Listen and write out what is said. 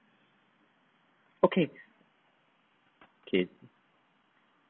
okay okay